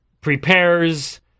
prepares